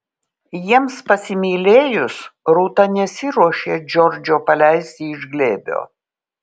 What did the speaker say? jiems pasimylėjus rūta nesiruošė džordžo paleisti iš glėbio